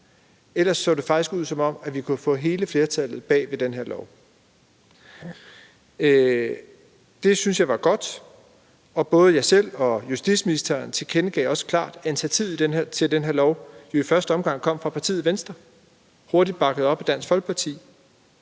Ellers så det faktisk ud, som om vi kunne have fået alle med bag det her lovforslag. Det synes jeg var godt, og både jeg selv og justitsministeren tilkendegav klart, at initiativet til det her lovforslag i første omgang kom fra partiet Venstre, hurtigt bakket op af Dansk Folkeparti,